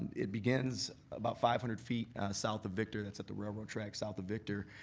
it begins about five hundred feet south of victor, that's at the railroad tracks south of victor,